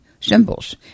symbols